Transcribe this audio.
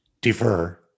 defer